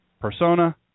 persona